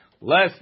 less